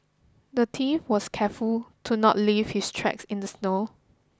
the thief was careful to not leave his tracks in the snow